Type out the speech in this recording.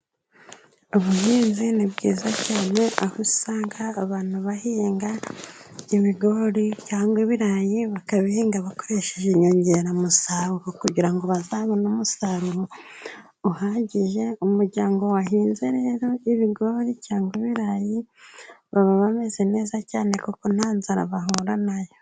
Ubuhinzi ni bwiza cyane, aho usanga abantu bahinga ibigori cyangwa ibirayi, bakabihinga bakoresheje inyongeramusaruro, kugira ngo bazabone umusaruro uhagije, umuryango wahinze rero ibigori cyangwa ibirayi, baba bameze neza cyane kuko nta nzara bahura nayo.